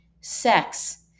Sex